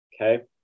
Okay